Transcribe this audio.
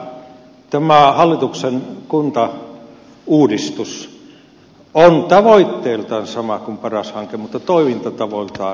haluan todeta kuitenkin että tämä hallituksen kuntauudistus on tavoitteiltaan sama kuin paras hanke mutta toimintatavoiltaan aivan erilainen